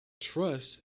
trust